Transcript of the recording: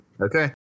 Okay